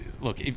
look